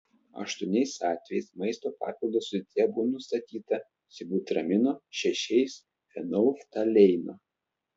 aštuoniais atvejais maisto papildo sudėtyje buvo nustatyta sibutramino šešiais fenolftaleino